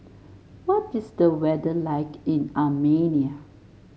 what is the weather like in Armenia